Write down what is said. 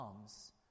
comes